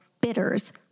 bitters